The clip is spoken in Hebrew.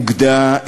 אין אוגדה,